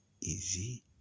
Easy